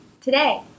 today